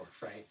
right